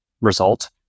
result